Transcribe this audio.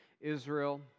Israel